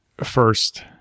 first